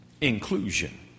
Inclusion